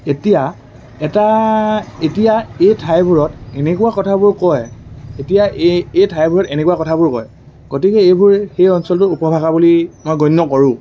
এতিয়া এটা এতিয়া এই ঠাইবোৰত এনেকুৱা কথাবোৰ কয় এতিয়া এই এই ঠাইবোৰত এনেকুৱা কথাবোৰ কয় গতিকে এইবোৰ সেই অঞ্চলটোৰ উপভাষা বুলি মই গণ্য কৰোঁ